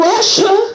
Russia